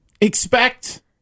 expect